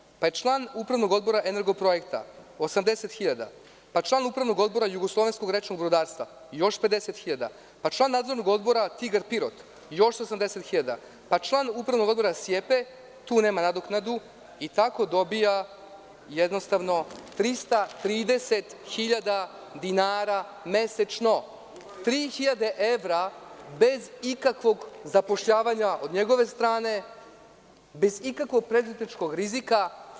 Dalje se kaže da je član upravnog odbora „Energoprojekta“ – 80 hiljada; član upravnog odbora Jugoslovenskog rečnog brodarstva – 50 hiljada; član nadzornog odbora „Tigar“ Pirot – još 80 hiljada; član upravnog odbora SIEPA, gde nema nadoknadu, i tako dobija jednostavno 330 hiljada dinara mesečno, tri hiljade evra bez ikakvog zapošljavanja sa njegove strane, bez ikakvog preduzetničkog rizika.